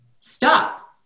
Stop